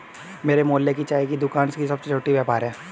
मेरे मोहल्ले की चाय की दूकान भी छोटा व्यापार है